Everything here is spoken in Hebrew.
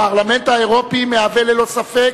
הפרלמנט האירופי מהווה, ללא ספק,